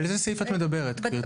על איזה סעיף את מדברת, גברתי?